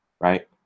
right